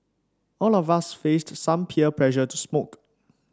all of us faced some peer pressure to smoke